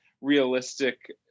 realistic